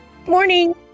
Morning